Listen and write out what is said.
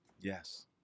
Yes